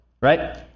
Right